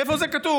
איפה זה כתוב?